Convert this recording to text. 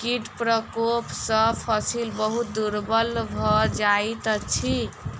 कीट प्रकोप सॅ फसिल बहुत दुर्बल भ जाइत अछि